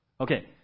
okay